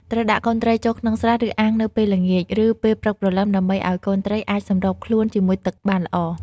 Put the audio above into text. ត្រូវដាក់កូនត្រីចូលក្នុងស្រះ ឬអាងនៅពេលល្ងាច ឬពេលព្រឹកព្រលឹម ដើម្បីឲ្យកូនត្រីអាចសម្របខ្លួនជាមួយទឹកបានល្អ។